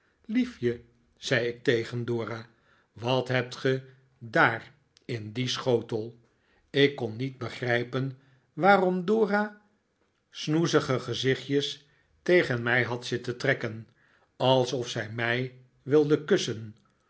liefje zei ik tegen dora wat hebt ge daar in dien schotel ik kon niet begrijpen waarom dora snoezige gezichtjes tegen mij had zitten trekken alsof zij mij wilde kussen